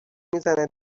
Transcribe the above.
میزنه